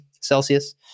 Celsius